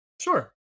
sure